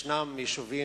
ישנם יישובים,